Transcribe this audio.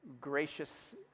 gracious